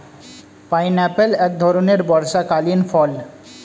pineapple এক ধরণের বর্ষাকালীন ফল